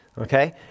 Okay